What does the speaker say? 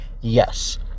Yes